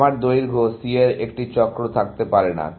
আমার দৈর্ঘ্য C এর একটি চক্র থাকতে পারে না